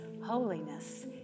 holiness